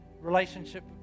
relationship